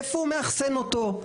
איפה הוא מאחסן אותו.